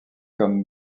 comme